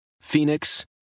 Phoenix